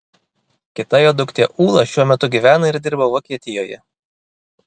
kita jo duktė ūla šiuo metu gyvena ir dirba vokietijoje